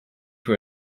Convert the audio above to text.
for